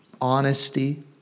honesty